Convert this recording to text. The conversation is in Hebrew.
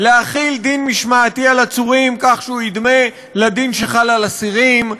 להחיל דין משמעתי על עצורים כך שהוא ידמה לדין שחל על אסירים.